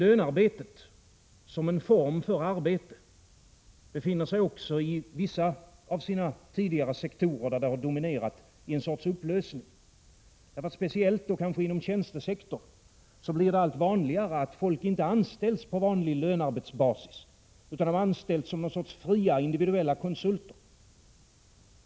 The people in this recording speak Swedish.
Lönearbetet som en form för arbete befinner sig också i vissa av sina tidigare sektorer där det har dominerat i en sorts upplösning. Speciellt kanske inom tjänstesektorn blir det allt vanligare att folk inte anställs på vanlig lönearbetsbasis, utan de anställs som någon sorts fria individuella konsulter.